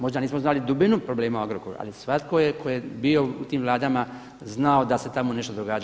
Možda nismo znali dubinu problema Agrokora, ali svatko je tko je bio u tim vladama znao da se tamo nešto događa.